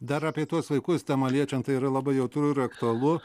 dar apie tuos vaikus tema liečiant tai yra labai jautru ir aktualu